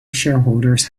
shareholders